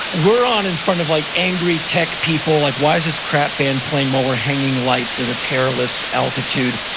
we're on in front of, like, angry tech people. like, why is this crap band playing while we're hanging lights at a perilous altitude?